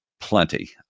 plenty